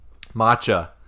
Matcha